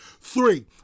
Three